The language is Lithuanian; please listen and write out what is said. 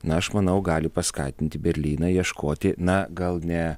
na aš manau gali paskatinti berlyną ieškoti na gal ne